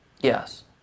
Yes